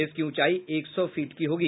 इसकी ऊंचाई एक सौ फीट की होगी